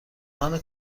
آهن